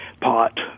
pot